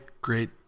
great